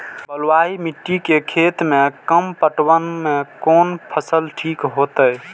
बलवाही मिट्टी के खेत में कम पटवन में कोन फसल ठीक होते?